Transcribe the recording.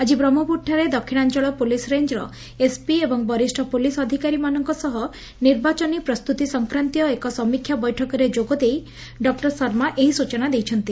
ଆଜି ବ୍ରହ୍କପୁରଠାରେ ଦକ୍ଷିଣାଅଳ ପୁଲିସ୍ ରେଞାର ଏସ୍ପି ଏବଂ ବରିଷ୍ ପୁଲିସ୍ ଅଧିକାରୀମାନଙ୍କ ସହ ନିର୍ବାଚନୀ ପ୍ରସ୍ତୁତି ସଂକ୍ରାନ୍ତୀୟ ଏକ ସମୀକ୍ଷା ବୈଠକରେ ଯୋଗ ଦେଇ ଡକୁର ଶର୍ମା ଏହି ସୂଚନା ଦେଇଛନ୍ତି